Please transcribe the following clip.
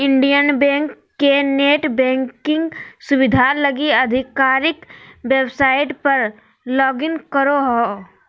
Indian bank के net banking सुविधा लगी आधिकारिक वेबसाइट पर लॉगिन करहो